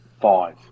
Five